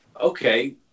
Okay